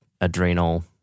Adrenal